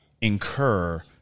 incur